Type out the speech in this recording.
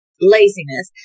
laziness